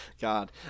god